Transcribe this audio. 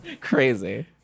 crazy